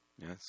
Yes